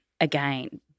again